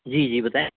جی جی بتائیں